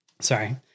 Sorry